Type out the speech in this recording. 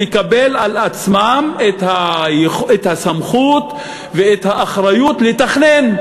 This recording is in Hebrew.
לקבל על עצמם את הסמכות ואת האחריות לתכנן,